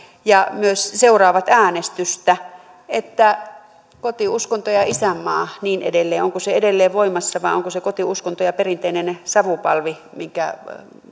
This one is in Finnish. ja myös seuraavat äänestystä koti uskonto ja isänmaa ja niin edelleen onko se edelleen voimassa vai onko se koti uskonto ja perinteinen savupalvi minkä